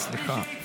סליחה.